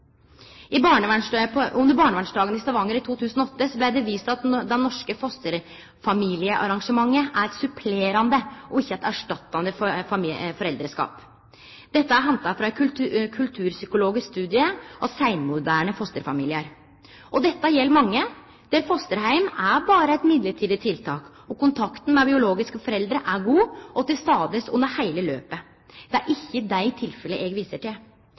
Under barnevernsdagane i Stavanger i 2008 blei det vist til at det norske fosterfamiliearrangementet er eit supplerande og ikkje eit erstattande foreldreskap. Dette er henta frå ein kulturpsykologisk studie av seinmoderne fosterfamiliar. Dette gjeld mange der fosterheim berre er eit mellombels tiltak og kontakten med biologiske foreldre er god og til stades under heile løpet. Det er ikkje desse tilfella eg viser til.